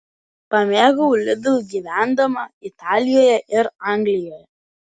pamėgau lidl gyvendama italijoje ir anglijoje